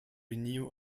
renew